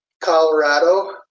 Colorado